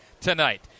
tonight